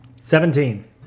Seventeen